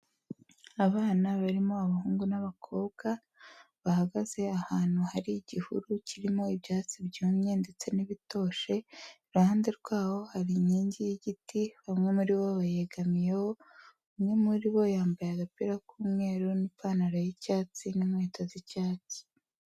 Abana barimo abahungu n'abakobwa, bahagaze ahantu hari igihuru kirimo ibyatsi byumye ndetse n'ibitoshye, iruhande rwaho hari inkingi y'igiti bamwe muri bo bayegamiyeho, umwe muri bo yambaye agapira k'umweru n'ipantaro y'icyatsi n'inkweto z'icyatsi.